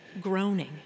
groaning